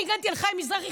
אני הגנתי על חיים מזרחי,